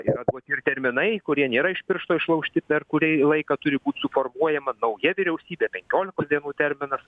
yra ir terminai kurie nėra iš piršto išlaužti per kurį laiką turi būt suformuojama nauja vyriausybė penkiolikos dienų terminas